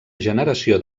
generació